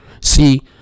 See